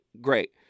Great